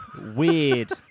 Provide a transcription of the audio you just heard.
Weird